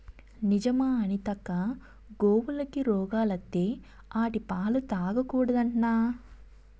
నిజమా అనితక్కా, గోవులకి రోగాలత్తే ఆటి పాలు తాగకూడదట్నా